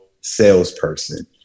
salesperson